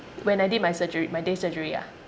when I did my surgery my day surgery ah